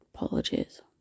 Apologies